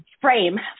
frame